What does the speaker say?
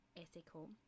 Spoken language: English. ethical